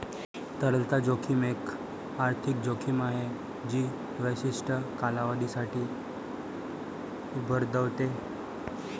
तरलता जोखीम एक आर्थिक जोखीम आहे जी विशिष्ट कालावधीसाठी उद्भवते